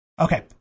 Okay